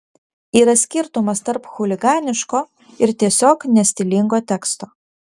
yra skirtumas tarp chuliganiško ir tiesiog nestilingo teksto